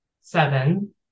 seven